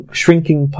shrinking